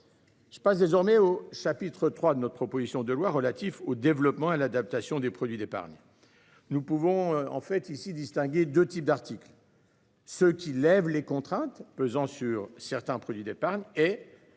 Je passe désormais au chapitre trois, notre proposition de loi relatif au développement à l'adaptation des produits d'épargne. Nous pouvons en fait ici distinguer 2 types d'articles. Ce qui lève les contraintes pesant sur certains produits d'épargne et